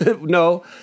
no